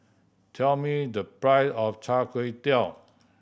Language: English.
tell me the price of chai kway tow